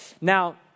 Now